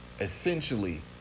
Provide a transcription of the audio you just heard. Essentially